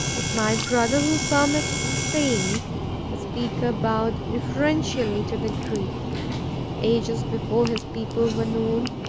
if my brother will permit the saying the speaker bowed deferentially to the greek ages before his people were known,